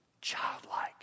Childlike